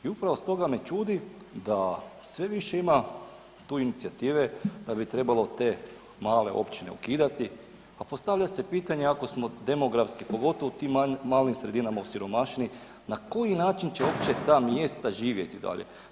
I upravo stoga me čudi da sve više ima tu inicijative da bi trebalo te male općine ukidati, a postavlja se pitanje ako smo demografski pogotovo u tim malim sredinama osiromašeni, na koji način će uopće ta mjesta živjeti dolje?